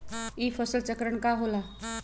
ई फसल चक्रण का होला?